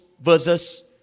versus